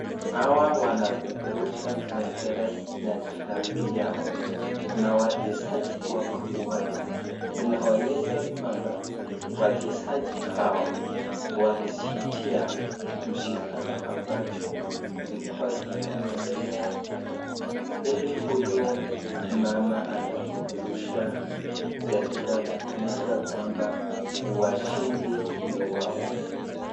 Hawa wanapeperusha pendera ya klabu yao, kuna wachezaji wako uwanja inaonyesha kwamba wachezaji hawa walijishindia mashindano ambacho ilikuwa inaendelea hapa ili huyu mama anapeperusha pendera kuonyesha kuwa kwamba washindi ni wao.